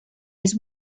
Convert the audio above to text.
his